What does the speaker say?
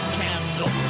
candle